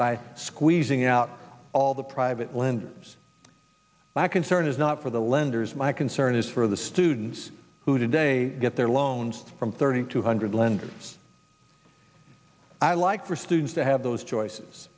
by squeezing out all the private lenders my concern is not for the lenders my concern is for the students who today get their loans from thirty two hundred lenders i like for students to have those choices